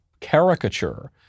caricature